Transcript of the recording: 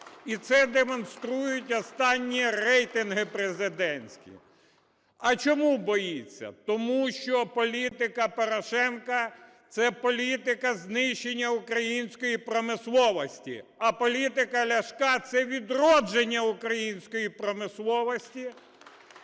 І це демонструють останні рейтинги президентські. А чому боїться? Тому що політика Порошенка – це політика знищення української промисловості. А політика Ляшка – це відродження української промисловості,